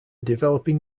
developing